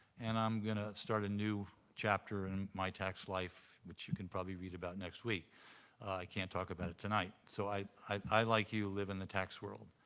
and i'm gonna start a new chapter in my tax life which you can probably read about next week. i can't talk about it tonight. so i, like you, live in the tax world.